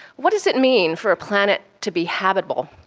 what does it mean for a planet to be habitable?